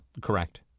correct